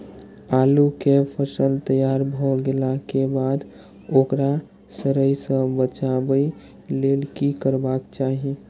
आलू केय फसल तैयार भ गेला के बाद ओकरा सड़य सं बचावय लेल की करबाक चाहि?